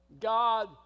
God